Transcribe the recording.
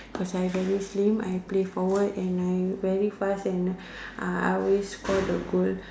cause I very slim I play forward and I am very fast and I I always score the goal